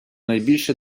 найбільше